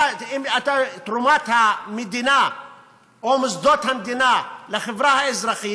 תרומת המדינה או מוסדות המדינה לחברה האזרחית